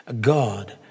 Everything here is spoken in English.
God